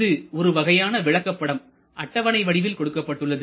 இது ஒருவகையான விளக்கப்படம் அட்டவணை வடிவில் கொடுக்கப்பட்டுள்ளது